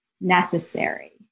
necessary